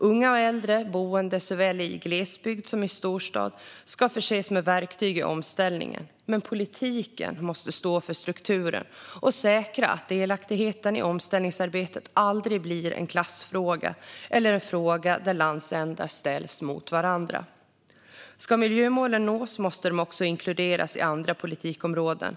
Unga och äldre, boende såväl i glesbygd som i storstad, ska förses med verktyg i omställningen, men politiken måste stå för strukturen och säkra att delaktigheten i omställningsarbetet aldrig blir en klassfråga eller en fråga där landsändar ställs mot varandra. Ska miljömålen nås måste de också inkluderas i andra politikområden.